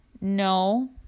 no